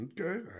Okay